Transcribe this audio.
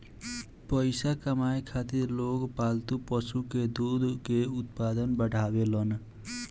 पइसा कमाए खातिर लोग पालतू पशु के दूध के उत्पादन बढ़ावेलन